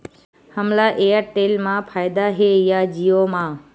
हमला एयरटेल मा फ़ायदा हे या जिओ मा?